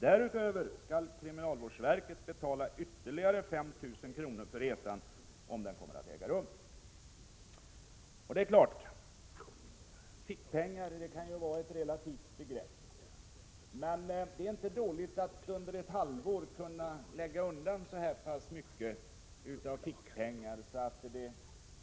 Därutöver skall kriminalvårdsverket betala ytterligare 5 000 kronor för resan — om den kommer att äga rum.” Det är klart att fickpengar kan vara ett relativt begrepp, men det är inte dåligt att under ett halvår kunna lägga undan så mycket att det